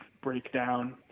Breakdown